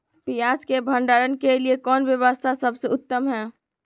पियाज़ के भंडारण के लिए कौन व्यवस्था सबसे उत्तम है?